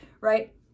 right